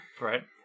Right